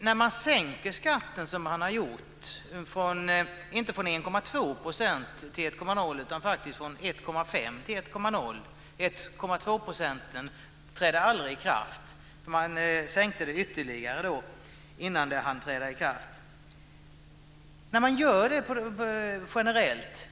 När man sänker skatten generellt som man har gjort, inte från 1,2 % till 1,0 % utan faktiskt från 1,5 % till 1,0 %- sänkningen till 1,2 % trädde aldrig i kraft, utan man sänkte skatten ytterligare innan den hann träda i kraft - vad händer då?